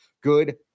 good